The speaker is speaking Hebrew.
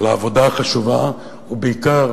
על העבודה החשובה, ובעיקר,